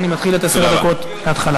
אני מתחיל את עשר הדקות מהתחלה.